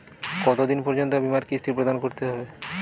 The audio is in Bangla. কতো দিন পর্যন্ত বিমার কিস্তি প্রদান করতে হবে?